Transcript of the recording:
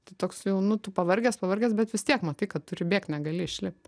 tai toks jau nu tu pavargęs pavargęs bet vis tiek matai kad turi bėgt negali išlipt